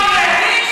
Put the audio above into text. אחריה,